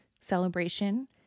celebration